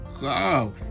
go